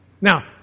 Now